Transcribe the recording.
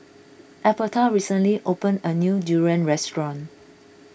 Alberta recently opened a new durian restaurant